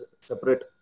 separate